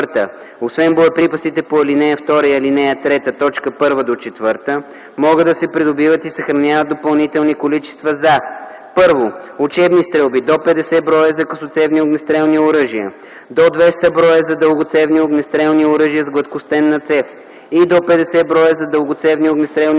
Освен боеприпасите по ал. 2 и ал. 3, т. 1 - 4 могат да се придобиват и съхраняват допълнителни количества за: 1. учебни стрелби – до 50 броя за късоцевни огнестрелни оръжия, до 200 броя за дългоцевни огнестрелни оръжия с гладкостенна цев и до 50 броя за дългоцевни огнестрелни оръжия